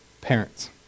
parents